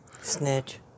Snitch